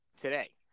today